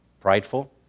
prideful